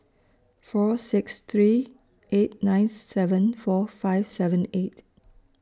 four six three eight nine seven four five seven eight